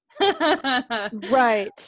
Right